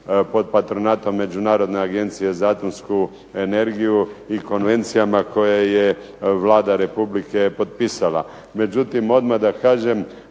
pod patronatom Međunarodne agencije za atomsku energiju i konvencijama koje je Vlada Republike Hrvatske potpisala. Međutim, odmah da kažem